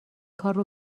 کارو